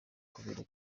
kubireba